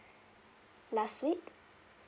last week